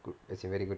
good that's very good